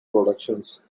productions